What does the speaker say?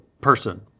person